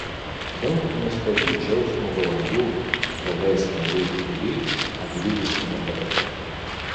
daug nuostabių džiaugsmo valandų praleis mari kiuri apgriuvusiame barake